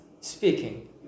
speaking